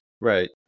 Right